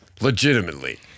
Legitimately